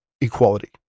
equality